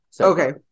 Okay